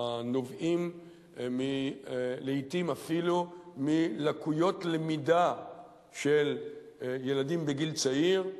הנובעים לעתים אפילו מלקויות למידה של ילדים בגיל צעיר.